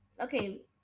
Okay